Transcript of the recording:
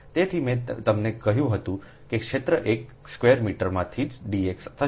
તેથી મેં તમને કહ્યું હતું કે ક્ષેત્ર એક સ્ક્વેર મીટરથી માં dx થશે